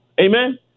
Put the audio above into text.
amen